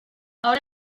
ahora